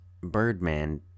Birdman